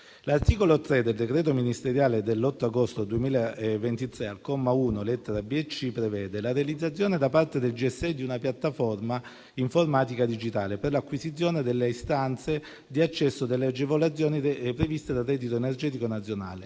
L'articolo 3 del decreto ministeriale dell'8 agosto 2023, al comma 1, lettere *b)* e *c),* prevede: la realizzazione di una piattaforma informatica digitale per l'acquisizione delle istanze di accesso alle agevolazioni previste dal reddito energetico nazionale